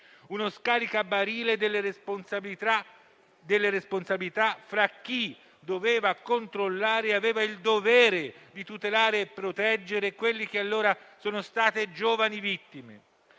uno scaricabarile delle responsabilità fra chi doveva controllare e aveva il dovere di tutelare e proteggere quelle che allora sono state giovani vittime.